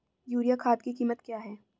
Urea खाद की कीमत क्या है?